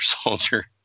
Soldier